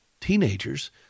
teenagers